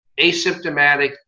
asymptomatic